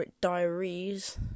diaries